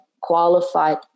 qualified